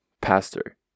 Pastor